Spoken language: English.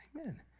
amen